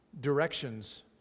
directions